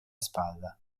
spalla